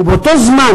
ובאותו זמן,